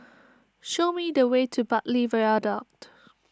show me the way to Bartley Viaduct